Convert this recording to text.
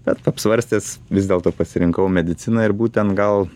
bet apsvarstęs vis dėlto pasirinkau mediciną ir būtent gal